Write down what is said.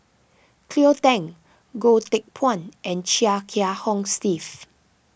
Cleo Thang Goh Teck Phuan and Chia Kiah Hong Steve